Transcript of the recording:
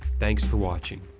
thanks for watching.